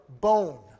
bone